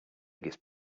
biggest